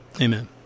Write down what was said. amen